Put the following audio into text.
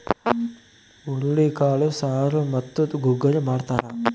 ಹುರುಳಿಕಾಳು ಸಾರು ಮತ್ತು ಗುಗ್ಗರಿ ಮಾಡ್ತಾರ